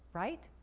right?